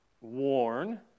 warn